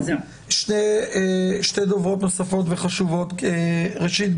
שתי דוברות נוספות וחשובות: ראשית,